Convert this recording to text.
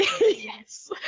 yes